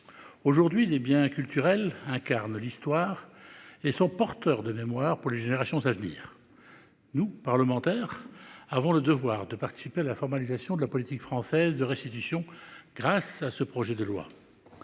Aujourd'hui, les biens culturels incarne l'histoire et sont porteurs de mémoire pour les générations à venir. Nous parlementaires avant le devoir de participer à la formalisation de la politique française de restitution, grâce à ce projet de loi.